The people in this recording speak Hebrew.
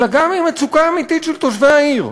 אלא גם עם מצוקה אמיתית של תושבי העיר,